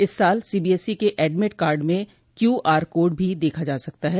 इस साल सीबीएसई के एडमिट कार्ड में क्यू आर कोड भी देखा जा सकता है